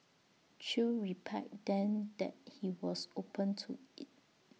chew replied then that he was open to IT